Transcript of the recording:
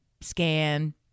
scan